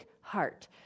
heart